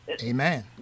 Amen